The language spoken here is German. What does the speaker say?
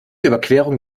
überquerung